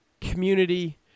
community